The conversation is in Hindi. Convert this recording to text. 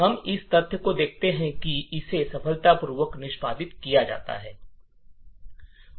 हम इस तथ्य को देखते हैं कि इसे सफलतापूर्वक निष्पादित किया जाता है